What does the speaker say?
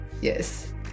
Yes